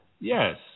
Yes